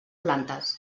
plantes